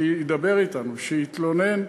שידבר אתנו, שיתלונן.